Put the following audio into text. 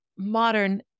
modern